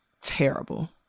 terrible